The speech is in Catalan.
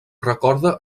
recorda